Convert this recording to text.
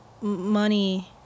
money